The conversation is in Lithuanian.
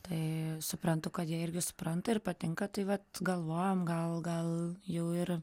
tai suprantu kad jie irgi supranta ir patinka tai vat galvojom gal gal jau ir